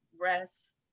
rest